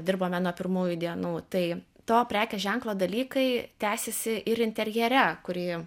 dirbame nuo pirmųjų dienų tai to prekės ženklo dalykai tęsiasi ir interjere kurį